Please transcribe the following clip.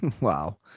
Wow